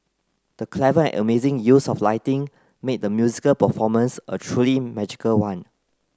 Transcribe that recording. the clever and amazing use of lighting made the musical performance a truly magical one